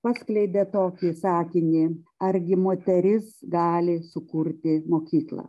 paskleidė tokį sakinį argi moteris gali sukurti mokyklą